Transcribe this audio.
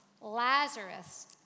Lazarus